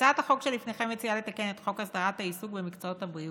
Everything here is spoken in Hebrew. הצעת החוק שלפניכם מציעה לתקן את חוק הסדרת העיסוק במקצועות הבריאות,